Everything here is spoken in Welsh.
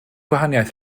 gwahaniaeth